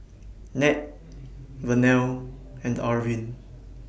Nat Vernell and Arvin